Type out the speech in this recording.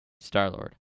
Star-Lord